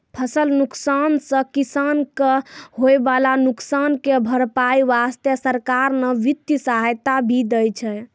फसल नुकसान सॅ किसान कॅ होय वाला नुकसान के भरपाई वास्तॅ सरकार न वित्तीय सहायता भी दै छै